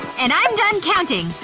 and i'm done counting.